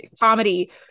comedy